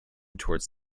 towards